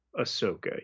Ahsoka